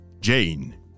Jane